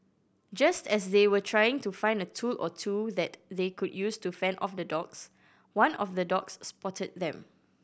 just as they were trying to find a tool or two that they could use to fend off the dogs one of the dogs spotted them